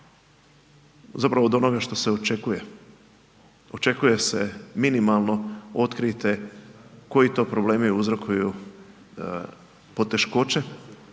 zapravo od onoga što se očekuje, očekuje se minimalno, otkrijte koji to problemi uzrokuju poteškoće